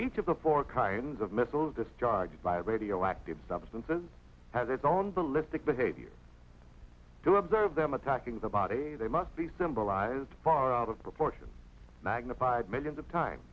the four kinds of missiles discharged by a radioactive substances has its own ballistic behavior to observe them attacking the body they must be symbolized far out of proportion magnified millions of time